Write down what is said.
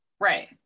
right